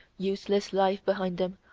useless life behind them,